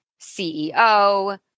CEO